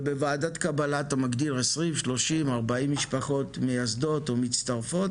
ובוועדת קבלה אתה מגדיר 20-40 משפחות מייסדות או מצטרפות